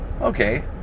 Okay